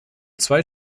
zwei